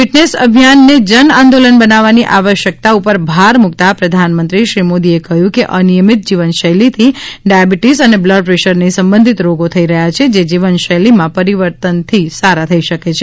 fitness અભિયાનને જન આંદોલન બનાવવાની આવશક્યતા ઉપર ભાર મૂકતા પ્રધાનમંત્રી શ્રી મોદીએ કહ્યું કે અનિયમિત જીવન શૈલીથી ડાયાબીટીસ અને બ્લડપ્રેશરની સંબંધિત રોગો થઈ રહ્યાં છે જે જીવનશૈલીમાં પરિવર્તનથી સારા થઈ શકે છે